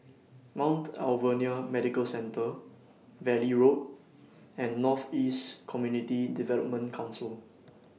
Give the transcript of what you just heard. Mount Alvernia Medical Centre Valley Road and North East Community Development Council